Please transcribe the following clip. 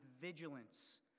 vigilance